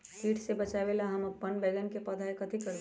किट से बचावला हम अपन बैंगन के पौधा के कथी करू?